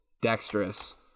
Dexterous